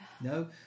No